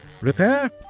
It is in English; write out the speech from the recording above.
Repair